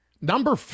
number